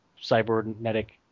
cybernetic